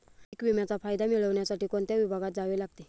पीक विम्याचा फायदा मिळविण्यासाठी कोणत्या विभागात जावे लागते?